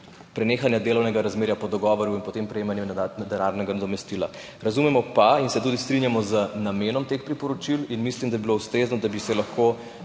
prenehanja delovnega razmerja po dogovoru in potem prejemanja denarnega nadomestila. Razumemo pa in se tudi strinjamo z namenom teh priporočil. Mislim, da bi bilo ustrezno, da bi se lahko